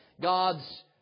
God's